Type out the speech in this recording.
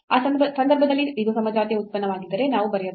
ಆ ಸಂದರ್ಭದಲ್ಲಿ ಇದು ಸಮಜಾತೀಯ ಉತ್ಪನ್ನವಾಗಿದ್ದರೆ ನಾವು ಬರೆಯಬಹುದು